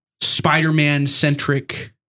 Spider-Man-centric